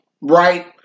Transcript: right